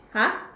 !huh!